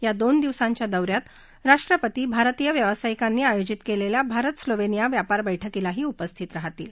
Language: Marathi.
या दोन दिवसाच्या दौ यात राष्ट्रपती भारतीय व्यवसायिकांनी आयोजित कलेल्या भारत स्लोवर्तिया व्यापार बैठकीला उपस्थित राहतील